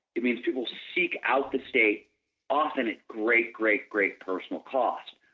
it means people seek out the state often at great great great personal cost.